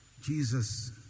Jesus